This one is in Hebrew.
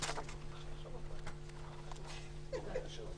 לרשות מקומית לפעול במסגרת תפקידה